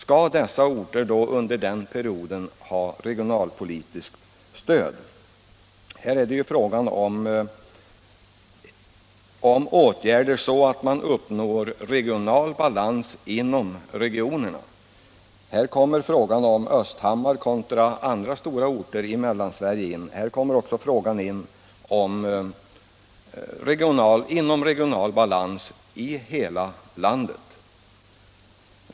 Skall dessa orter under den perioden ha regionalpolitiskt stöd? Nu gäller det ju åtgärder för att uppnå balans inom regionerna, och här kommer frågan om Östhammar kontra andra orter i Mellansverige in, liksom frågan om inomregional balans i hela landet.